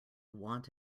want